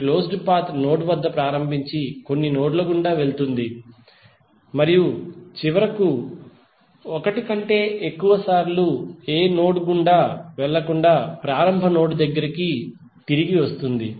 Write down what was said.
ఈ closed path node వద్ద ప్రారంభించి కొన్ని నోడ్ ల గుండా వెళుతుంది మరియు చివరకు ఒకటి కంటే ఎక్కువసార్లు ఏ నోడ్ గుండా వెళ్ళకుండా ప్రారంభ నోడ్ కు తిరిగి వస్తుంది